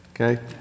Okay